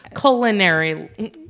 culinary